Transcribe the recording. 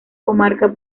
comarca